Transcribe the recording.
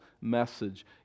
message